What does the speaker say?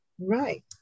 Right